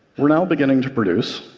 we're now beginning to produce,